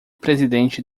presidente